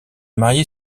marié